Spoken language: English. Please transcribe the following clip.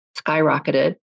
skyrocketed